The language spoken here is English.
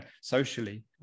socially